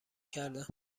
کردن